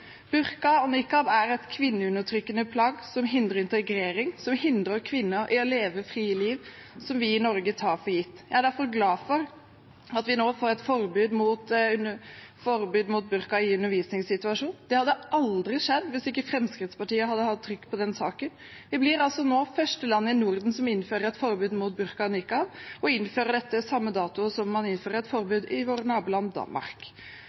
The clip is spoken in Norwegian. Burka og nikab er kvinneundertrykkende plagg som hindrer integrering, som hindrer kvinner i å leve et fritt liv, som vi i Norge tar for gitt. Jeg er derfor glad for at vi nå får et forbud mot burka i undervisningssituasjoner. Det hadde aldri skjedd hvis ikke Fremskrittspartiet hadde hatt trykk på denne saken. Vi blir altså nå første land i Norden som innfører et forbud mot burka og nikab, og vi innfører dette på samme dato som man innfører et forbud i vårt naboland Danmark.